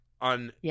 on